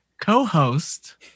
co-host